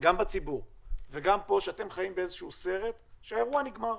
גם בציבור וגם פה שאתם חיים בסרט שהאירוע נגמר.